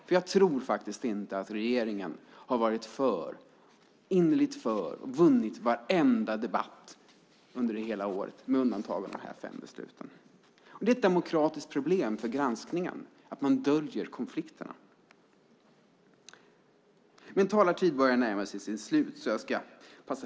Jag tror inte att regeringen har varit innerligt för och vunnit varenda debatt under året med undantag av de här fem besluten. Att man döljer konflikterna är ett demokratiskt problem för granskningen.